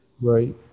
right